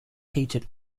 heated